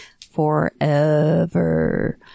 forever